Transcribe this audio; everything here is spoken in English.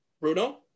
Bruno